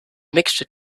mixture